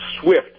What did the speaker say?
swift